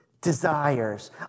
desires